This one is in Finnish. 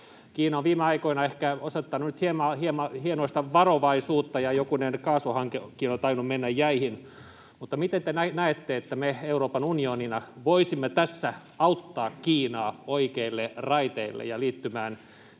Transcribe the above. Kiina on viime aikoina ehkä osoittanut hienoista varovaisuutta, ja jokunen kaasuhankekin on tainnut mennä jäihin. Miten te näette, että me Euroopan unionina voisimme tässä auttaa Kiinaa oikeille raiteille ja liittymään